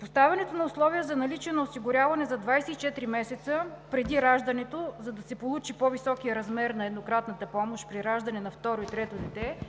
Поставянето на условия за наличие на осигуряване за 24 месеца преди раждането, за да се получи по-високият размер на еднократната помощ при раждане на второ и трето дете,